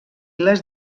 les